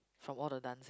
from all the dancing